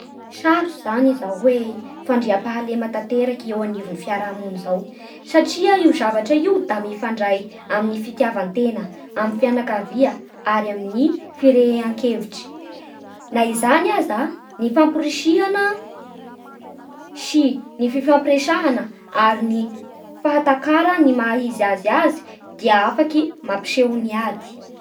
Sarotsy zany ieo zao hoe fandriam-pahalema tanteraky anivon'ny fiaraha-mony zao satria io zavatra io da mifandray amin'ny fitiavan-tena amin'ny fianakavia ary amin'ny fireharen-kevitsy. Na izany aza ny famporisihana sy ny fifampiresahana ary ny fahatakara ny maha izay azy azy dia afaky mampiseho ny ady.